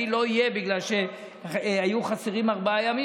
לא אהיה בגלל שהיו חסרים ארבעה ימים,